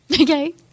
okay